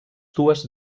dues